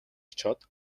очоод